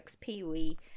Pee-wee